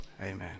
amen